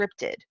scripted